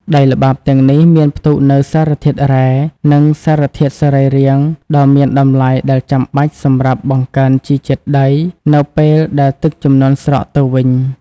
ដីល្បាប់ទាំងនេះមានផ្ទុកនូវសារធាតុរ៉ែ និងសារធាតុសរីរាង្គដ៏មានតម្លៃដែលចាំបាច់សម្រាប់ បង្កើនជីជាតិដីនៅពេលដែលទឹកជំនន់ស្រកទៅវិញ។